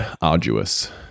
arduous